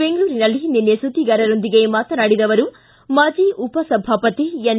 ಬೆಂಗಳೂರಿನಲ್ಲಿ ನಿನ್ನೆ ಸುದ್ದಿಗಾರರೊಂದಿಗೆ ಮಾತನಾಡಿ ಮಾಜಿ ಉಪಸಭಾಪತಿ ಎನ್